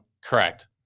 Correct